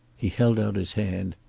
he held out his hand,